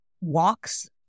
walks